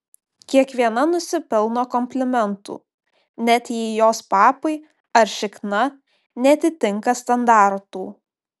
kiekviena nusipelno komplimentų net jei jos papai ar šikna neatitinka standartų